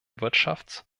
wirtschafts